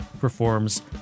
performs